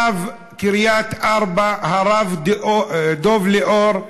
רב קריית-ארבע, הרב דב ליאור,